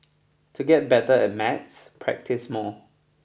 to get better at maths practise more